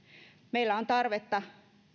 meillä on tarvetta